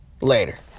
later